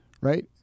Right